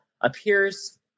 appears